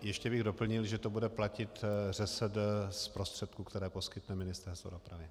Ještě bych doplnil, že to bude platit ŘSD z prostředků, které poskytne Ministerstvo dopravy.